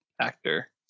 actor